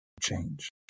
change